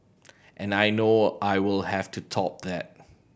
and I know I will have to top that